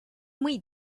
muy